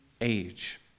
age